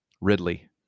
Ridley